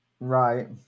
right